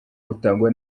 butangwa